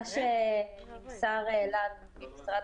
ממה שנמסר לנו ממשרד